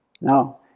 No